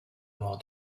more